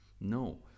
no